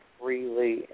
freely